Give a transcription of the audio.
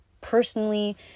personally